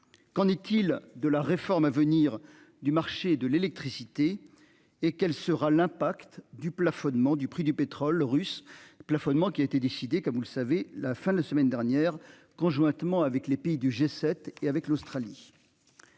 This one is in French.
Qu'en est-il de la réforme à venir du marché de l'électricité et quel sera l'impact du plafonnement du prix du pétrole russe plafonnement qui a été décidé, comme vous le savez, la fin de la semaine dernière, conjointement avec les pays du G7 et avec l'Australie.--